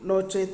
नो चेत्